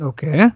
Okay